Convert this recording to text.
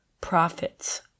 profits